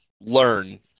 learn